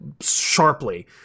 sharply